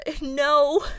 No